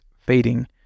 fading